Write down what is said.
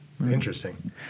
Interesting